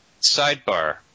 Sidebar